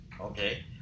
Okay